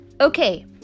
Okay